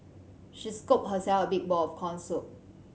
she scooped herself a big bowl of corn soup